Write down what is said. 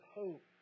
hope